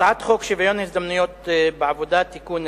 הצעת חוק שוויון ההזדמנויות בעבודה (תיקון,